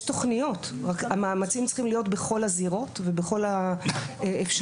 יש תוכניות רק המאמצים צריכים להיות בכל הזירות ובכל האפשרויות,